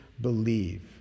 believe